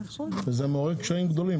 מה שמעורר קשיים גדולים.